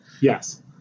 Yes